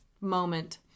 moment